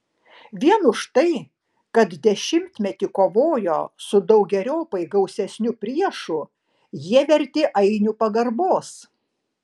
vien už tai kad dešimtmetį kovojo su daugeriopai gausesniu priešu jie verti ainių pagarbos